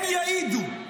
הם יעידו,